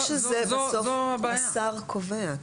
ברור שבסוף השר קובע.